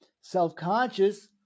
self-conscious